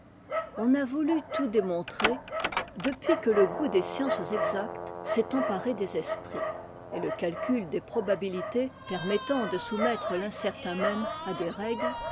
on a voulu tout démontrer depuis que le goût des sciences exactes s'est emparé des esprits et la calcul des probabilités permettant de soumettre l'incertain même à des règles